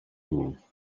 rule